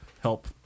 help